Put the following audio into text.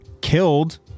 killed